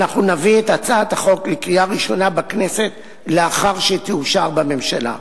נביא את הצעת החוק לקריאה ראשונה בכנסת לאחר שתאושר בממשלה.